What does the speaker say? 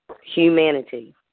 humanity